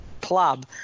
club